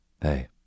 Hey